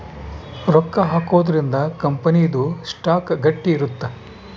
ರೊಕ್ಕ ಹಾಕೊದ್ರೀಂದ ಕಂಪನಿ ದು ಸ್ಟಾಕ್ ಗಟ್ಟಿ ಇರುತ್ತ